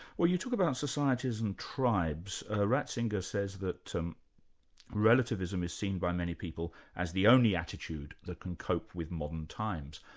well you talk about societies and tribes ratzinger says that relativism is seen by many people as the only attitude that can cope with modern times.